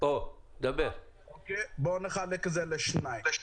בוא נחלק את זה לשניים.